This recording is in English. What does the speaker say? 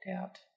out